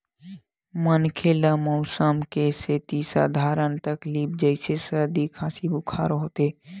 मनखे ल मउसम के सेती सधारन तकलीफ जइसे सरदी, खांसी, बुखार होथे